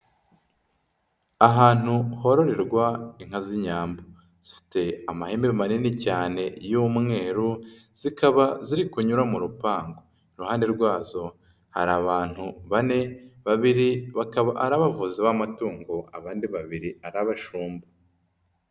Ahantu hororerwa inka z'Inyambo, zifite amahembe manini cyane y'umweru, zikaba ziri kunyura mu rupangu. Iruhande rwazo hari abantu bane babiri bakaba ari abavuzi b'amatungo, abandi babiri ari abashumba.